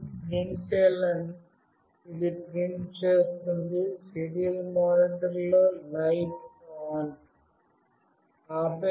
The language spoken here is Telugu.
println ఇది ప్రింట్ చేస్తుంది సీరియల్ మానిటర్లో "లైట్ ఆన్""Light ON"